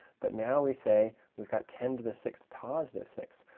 but now we say we've got ten to the six, positive six.